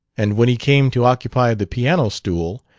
and when he came to occupy the piano-stool,